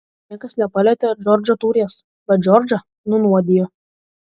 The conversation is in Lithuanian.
niekas nepalietė džordžo taurės bet džordžą nunuodijo